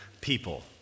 people